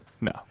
No